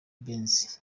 benz